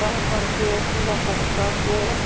पढ़ कर पूजा पाठ करके